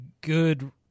good